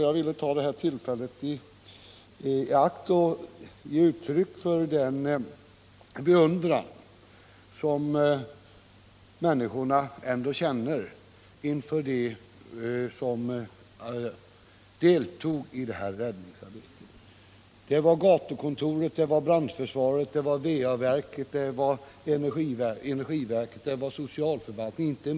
Jag vill ta detta tillfälle i akt att ge uttryck för den beundran som människorna i området känner för dem som deltog i räddningsarbetet. Det var bl.a. personal från gatukontoret, brandförsvaret, VA-verket, energiverket och socialförvaltningen som deltog.